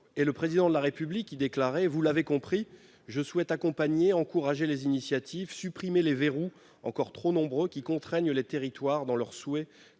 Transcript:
Le Président de la République y déclarait :« Vous l'avez compris, je souhaite accompagner, encourager les initiatives, supprimer les verrous encore trop nombreux qui contraignent les territoires dans leur souhait